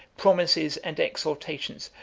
promises, and exhortations,